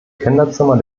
kinderzimmer